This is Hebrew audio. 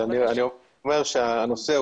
אני אומר שהנושא,